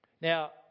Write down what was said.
Now